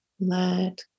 let